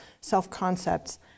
self-concepts